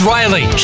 Riley